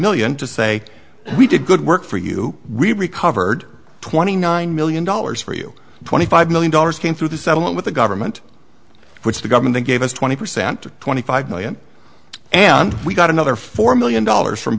million to say we did good work for you we recovered twenty nine million dollars for you twenty five million dollars came through the settlement with the government which the government gave us twenty percent to twenty five million and we got another four million dollars from